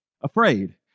Afraid